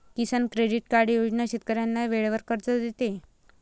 किसान credit card योजना शेतकऱ्यांना वेळेवर कर्ज देते